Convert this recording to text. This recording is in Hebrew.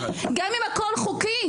גם אם הכל חוקי,